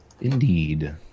Indeed